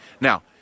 Now